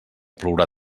plourà